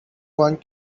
want